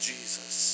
Jesus